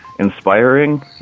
inspiring